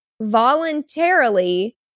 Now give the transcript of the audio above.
Voluntarily